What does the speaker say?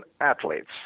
athletes